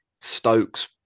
Stokes